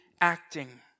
acting